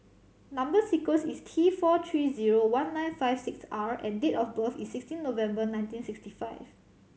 number sequence is T four three zero one nine five six R and date of birth is sixteen November nineteen sixty five